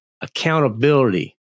accountability